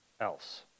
else